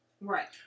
Right